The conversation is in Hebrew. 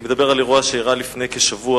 אני מדבר על אירוע שאירע לפני כשבוע.